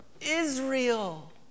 Israel